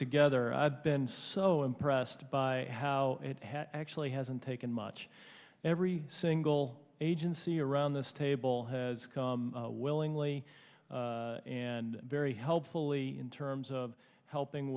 together i've been so impressed by how it actually hasn't taken much every single agency around this table has come willingly and very helpfully in terms of helping